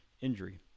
injury